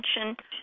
attention